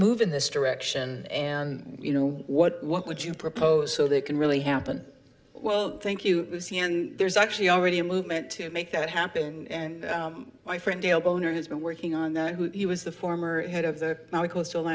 move in this direction and you know what what would you propose so they can really happen well thank you see and there's actually already a movement to make that happen and my friend dale boehner has been working on that he was the former head of the coastal